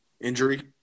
injury